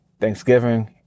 Thanksgiving